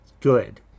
Good